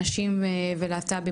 נשים ולהט"בים.